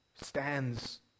stands